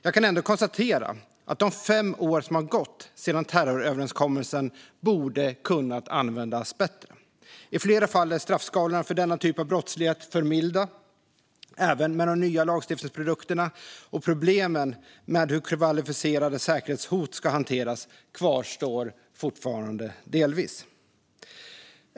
Jag kan ändå konstatera att de fem år som har gått sedan terroröverenskommelsen borde ha kunnat användas bättre. I flera fall är straffskalorna för denna typ av brottslighet för milda, även med de nya lagstiftningsprodukterna, och problemen med hur kvalificerade säkerhetshot ska hanteras kvarstår fortfarande delvis.